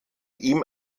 ihm